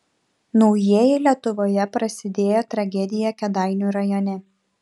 naujieji lietuvoje prasidėjo tragedija kėdainių rajone